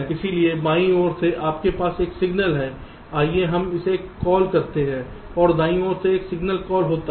इसलिए बाईं ओर से आपके पास एक सिग्नल है आइए हम इसे कॉल करते हैं और दाईं ओर एक सिग्नल कॉल होता है